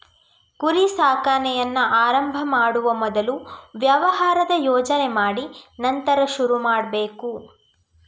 ಕುರಿ ಸಾಕಾಣೆಯನ್ನ ಆರಂಭ ಮಾಡುವ ಮೊದಲು ವ್ಯವಹಾರದ ಯೋಜನೆ ಮಾಡಿ ನಂತರ ಶುರು ಮಾಡ್ಬೇಕು